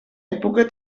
època